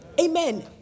Amen